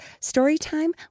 Storytime